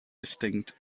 distinct